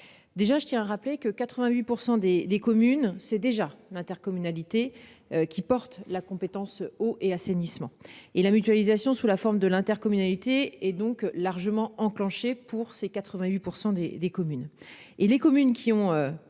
Déjà, je tiens à rappeler que 88% des des communes, c'est déjà l'intercommunalité qui porte la compétence eau et assainissement et la mutualisation sous la forme de l'intercommunalité et donc largement enclenché pour ses 88% des des communes